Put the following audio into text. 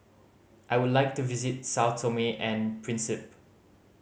I would like to visit Sao Tome and Principe